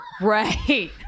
Right